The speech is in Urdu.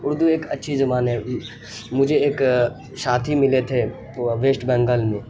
اردو ایک اچھی زبان ہے مجھے ایک ساتھی ملے تھے ویسٹ بنگال میں